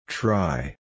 Try